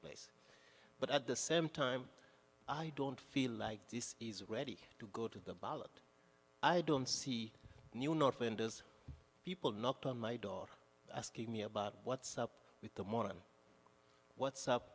marketplace but at the same time i don't feel like this is ready to go to the ballot i don't see new northwind as people knocked on my door asking me about what's up with the morning what's up